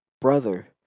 brother